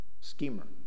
schemer